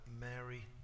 Mary